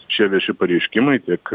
čia vieši pareiškimai tiek